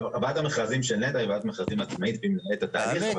ועדת המכרזים של נת"ע היא ועדת מכרזים עצמאית והיא מנהלת את התהליך,